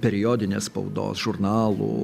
periodinės spaudos žurnalų